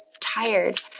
tired